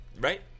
Right